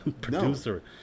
producer